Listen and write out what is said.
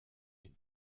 den